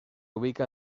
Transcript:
ubica